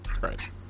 Right